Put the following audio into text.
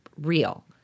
real